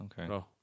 Okay